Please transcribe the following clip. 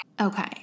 Okay